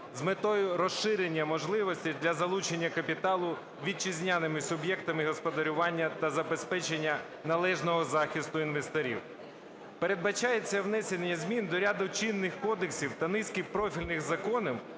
З метою розширення можливостей для залучення капіталу вітчизняними суб'єктами господарювання та забезпечення належного захисту інвесторів. Передбачається внесення змін до ряду чинних кодексів та низки профільних законів.